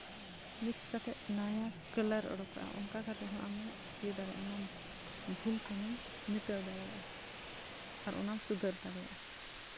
mix ᱠᱟᱛᱮᱫ ᱱᱟᱣᱟ ᱠᱟᱞᱟᱨ ᱚᱰᱚᱜᱼᱟ ᱚᱱᱠᱟ ᱠᱟᱛᱮᱫ ᱦᱚᱸ ᱟᱢᱮᱢ ᱤᱭᱟᱹ ᱫᱟᱲᱮᱭᱟᱜᱼᱟ ᱚᱱᱟ ᱵᱷᱩᱞ ᱛᱮ ᱟᱢᱮᱢ ᱢᱮᱴᱟᱣ ᱫᱟᱲᱮᱭᱟᱜᱼᱟ ᱟᱨ ᱚᱱᱟᱢ ᱥᱩᱫᱷᱟᱹᱨ ᱫᱟᱲᱮᱭᱟᱜᱼᱟ